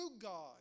God